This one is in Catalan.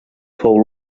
fou